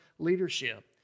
leadership